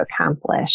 accomplish